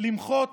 למחות